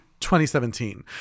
2017